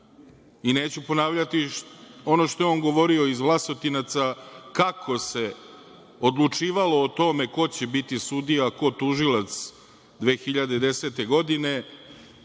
i neću ponavljati ono što je on govorio iz Vlasotinaca kako se odlučivalo o tome ko će biti sudija a ko tužilac 2010. godine,